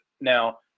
Now